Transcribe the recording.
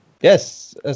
Yes